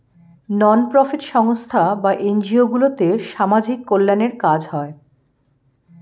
নন profit সংস্থা বা NGO গুলোতে সামাজিক কল্যাণের কাজ হয়